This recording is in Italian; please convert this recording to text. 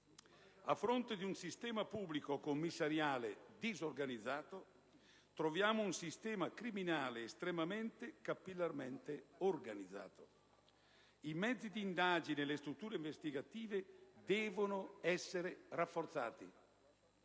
A fronte di un sistema pubblico commissariale disorganizzato, troviamo un sistema criminale estremamente e capillarmente organizzato. I mezzi di indagine e le strutture investigative devono essere rafforzati.